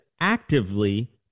actively